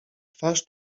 twarz